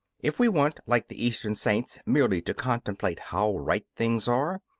if we want, like the eastern saints, merely to contemplate how right things are,